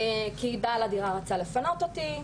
כי בעל הדירה רצה לפנות אותי,